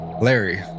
Larry